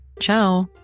Ciao